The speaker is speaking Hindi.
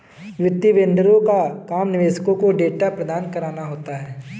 वित्तीय वेंडरों का काम निवेशकों को डेटा प्रदान कराना होता है